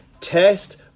test